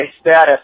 status